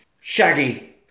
Shaggy